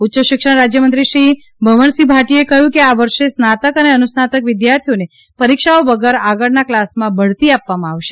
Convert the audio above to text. ઉચ્યશિક્ષણ રાજ્યમંત્રી શ્રી ભંવરસિંહ ભાટીએ કહ્યું છે કે આ વર્ષે સ્નાતક અને અનુસ્નાતક વિદ્યાર્થીઓને પરીક્ષાઓ વગર આગળના ક્લાસમાં બઢતી આપવામાં આવશે